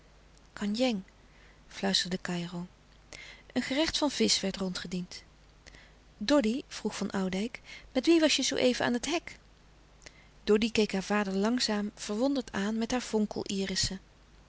kandjeng fluisterde kario een gerecht van visch werd rondgediend doddy vroeg van oudijck met wie was je zoo even aan het hek doddy keek haar vader langzaam verwonderd aan met haar